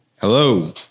Hello